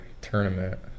tournament